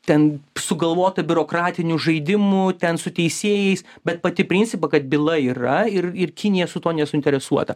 ten sugalvota biurokratinių žaidimų ten su teisėjais bet pati principa kad byla yra ir ir kinija su tuo nesuinteresuota